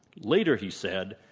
later, he said,